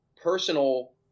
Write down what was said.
personal